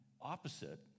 opposite